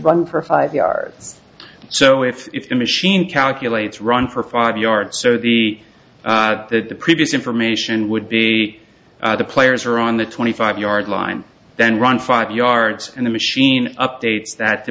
run for five yards so if the machine calculates run for five yards so the the previous information would be the players are on the twenty five yard line then run five yards and the machine updates that to